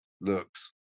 looks